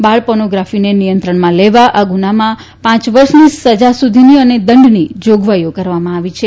બાળ પોર્નોગ્રાફીને નિચંત્રણમાં લેવા આ ગુનામાં પાંચ વર્ષની સજા સુધીની અને દંડની જાગવાઈ કરવામાં આવી છે